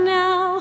now